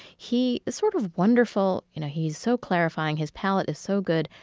he is sort of wonderful you know he is so clarifying, his palette is so good,